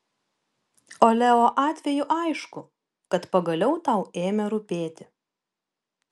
o leo atveju aišku kad pagaliau tau ėmė rūpėti